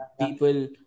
People